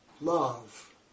Love